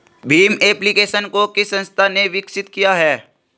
Bhim application को किस संस्था ने विकसित किया है?